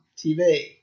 TV